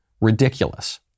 ridiculous